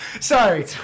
Sorry